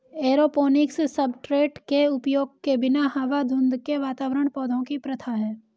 aeroponics substrate के उपयोग के बिना हवा धुंध के वातावरण पौधों की प्रथा है